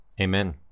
Amen